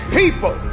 people